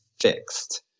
fixed